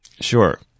Sure